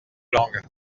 langues